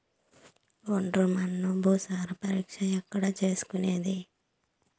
ఒండ్రు మన్ను భూసారం పరీక్షను ఎక్కడ చేసుకునేది?